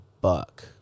buck